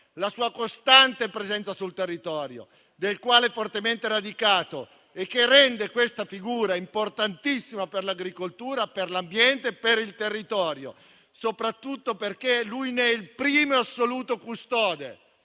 la sua costante presenza sul territorio, nel quale è fortemente radicato. Ciò rende questa figura importantissima per l'agricoltura, per l'ambiente e per il territorio, soprattutto perché ne è la prima e assoluta custode.